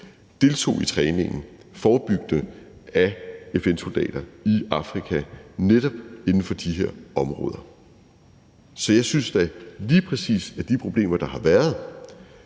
deltog i træningen forebyggende af FN's soldater i Afrika netop inden for de her områder. Så jeg synes da, at lige præcis de problemer, der har været,